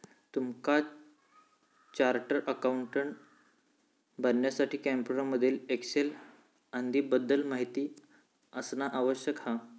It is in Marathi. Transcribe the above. तुमका चार्टर्ड अकाउंटंट बनण्यासाठी कॉम्प्युटर मधील एक्सेल आदीं बद्दल माहिती असना आवश्यक हा